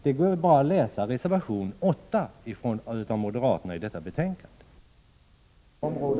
Det är bara att läsa reservation 8 från moderaterna vid detta betänkande.